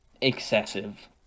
excessive